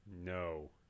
No